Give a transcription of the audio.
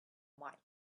mike